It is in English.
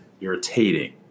Irritating